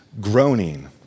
groaning